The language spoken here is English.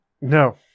No